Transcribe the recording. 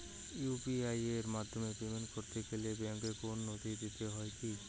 UPI এর মাধ্যমে payment করতে গেলে ব্যাংকের কোন নথি দিতে হয় কি?